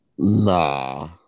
Nah